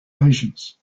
patients